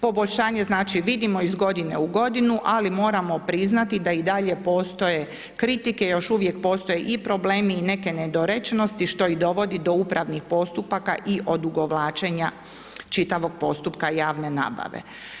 Poboljšanje znači vidimo iz godinu u godinu, ali moramo priznati da i dalje postoje kritike, još uvijek postoji i problemi i neke nedorečenosti, što i dovodi do upravnih postupaka i odugovlačenja čitavog postupka javne nabave.